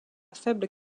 faible